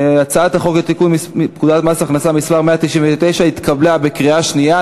הצעת חוק לתיקון פקודת מס הכנסה (מס' 199) התקבלה בקריאה שנייה.